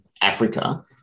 Africa